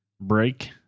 break